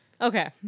Okay